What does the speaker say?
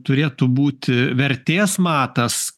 turėtų būti vertės matas